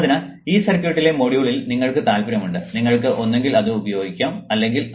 അതിനാൽ ഈ സർക്യൂട്ടിലെ മൊഡ്യൂളിൽ നിങ്ങൾക്ക് താൽപ്പര്യമുണ്ട് നിങ്ങൾക്ക് ഒന്നുകിൽ ഇത് ഉപയോഗിക്കാം അല്ലെങ്കിൽ അത്